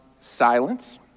silence